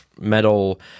metal